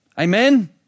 Amen